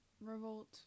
revolt